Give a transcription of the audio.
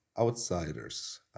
outsiders